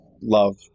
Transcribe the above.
love